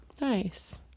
Nice